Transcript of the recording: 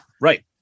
right